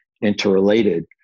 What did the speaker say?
interrelated